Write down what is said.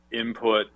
input